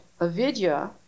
avidya